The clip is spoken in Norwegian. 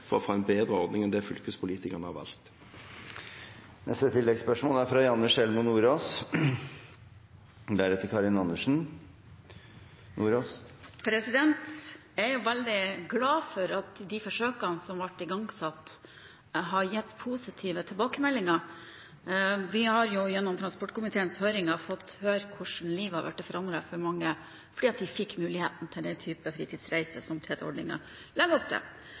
for å få en bedre ordning enn det fylkespolitikerne har valgt. Janne Sjelmo Nordås – til oppfølgingsspørsmål. Jeg er veldig glad for at de forsøkene som ble igangsatt, har gitt positive tilbakemeldinger. Vi har – gjennom transportkomiteens høringer – fått høre hvordan livet har blitt forandret for mange fordi de fikk muligheten til den type fritidsreiser som TT-ordningen legger opp til.